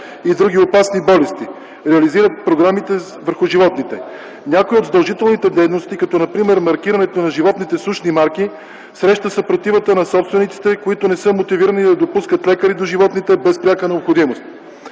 и други опасни болести. Те реализират програми върху животните. Някои от задължителните дейности, например маркирането на животните с ушни марки, среща съпротивата на собствениците, които не са мотивирани да допускат лекари до животните без пряка необходимост.